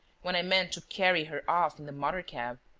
when i meant to carry her off in the motor-cab,